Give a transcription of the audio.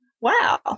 wow